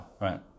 right